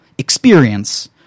experience